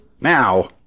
now